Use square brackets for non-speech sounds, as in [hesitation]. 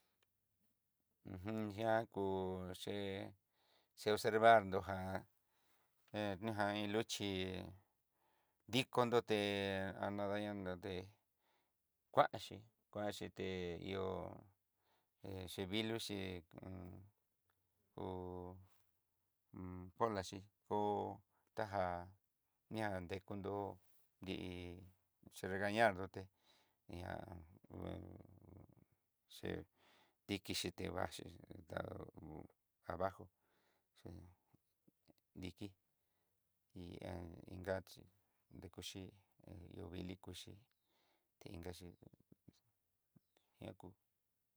[hesitation] yá kú ché che oservando ján hé ñajan iin luxhí, dikonró té anaya ndián ndoté, kuanxí kuanxi té hi'ó hé xeviluxi [hesitation] hu- hun coloxhí koo tajá ni'a dekundó ti'i xe regañar nroté ihá se dikixhí tevaxhí tá ho abajo chí diki ihan ingaxi dikoxhí iin vilikoxhí tainkaxhí ñakú.